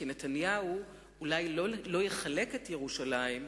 כי נתניהו אולי לא יחלק את ירושלים,